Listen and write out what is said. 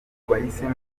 bahisemo